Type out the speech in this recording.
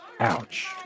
Ouch